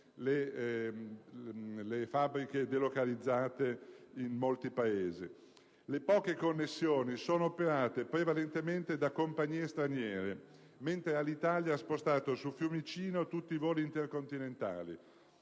Le poche connessioni sono operate prevalentemente da compagnie straniere, mentre Alitalia ha spostato su Fiumicino tutti i voli intercontinentali,